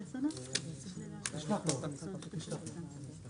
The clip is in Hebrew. סוף סוף יש לנו נוסח מוסכם לתקנת קורונה